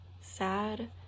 sad